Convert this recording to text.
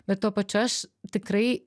bet tuo pačiu aš tikrai